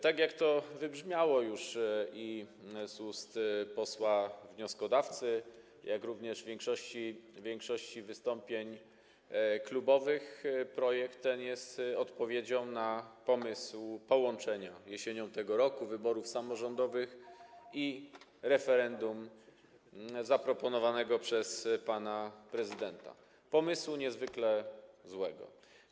Tak jak to wybrzmiało już z ust posła wnioskodawcy, jak również w większości wystąpień klubowych projekt ten jest odpowiedzią na pomysł połączenia jesienią tego roku wyborów samorządowych i referendum zaproponowanego przez pana prezydenta, pomysł niezwykle zły.